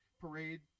parade